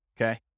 Okay